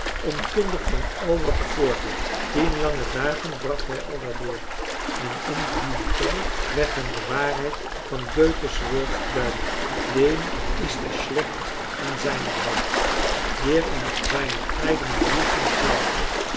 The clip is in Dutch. onkundig van al wat er voorviel tien lange dagen bracht hij aldaar door en in dien tijd werd hem de waarheid van goethe's woord duidelijk dem ist es schlecht in seiner haut